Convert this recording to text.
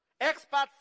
Experts